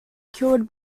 killed